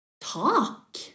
talk